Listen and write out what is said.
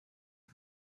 可是